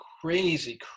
crazy